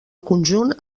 conjunt